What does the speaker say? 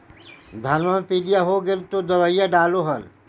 धनमा मे पीलिया हो गेल तो दबैया डालो हल?